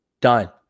Done